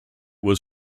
was